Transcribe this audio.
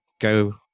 go